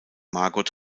margot